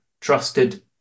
trusted